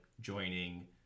joining